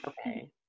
okay